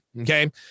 okay